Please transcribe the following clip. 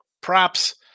Props